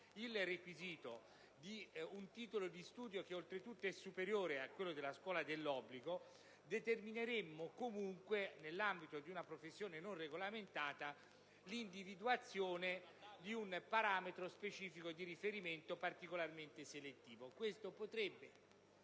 il requisito di un titolo di studio, che oltretutto è superiore a quello della scuola dell'obbligo, determineremmo comunque, nell'ambito di una professione non regolamentata, l'individuazione di un parametro specifico di riferimento particolarmente selettivo. Questo - ripeto,